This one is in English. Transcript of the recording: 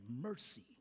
mercy